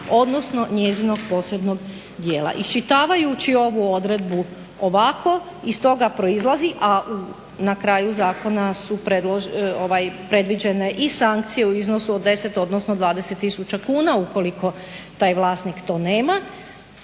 odnosno njezinog posebnog dijela." Iščitavajući ovu odredbu ovako iz toga proizlazi, a na kraju zakona su predviđene i sankcije u iznosu od 10 odnosno 20000 kuna ukoliko taj vlasnik to nema.